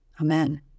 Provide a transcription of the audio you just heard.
Amen